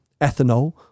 ethanol